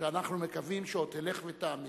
שאנחנו מקווים שעוד תלך ותעמיק.